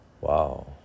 Wow